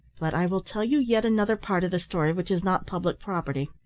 but i will tell you yet another part of the story which is not public property.